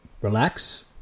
Relax